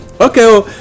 Okay